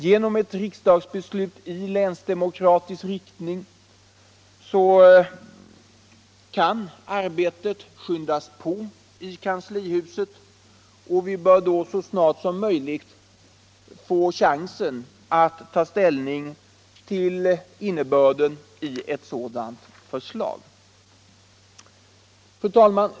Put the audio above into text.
Genom ett riksdagsbeslut i länsdemokratisk riktning kan arbetet i kanslihuset skyndas på, och vi bör då så snart som möjligt få chans att ta ställning till innebörden i ett sådant förslag. Fru talman!